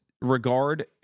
regard